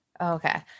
Okay